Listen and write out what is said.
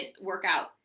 workout